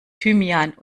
thymian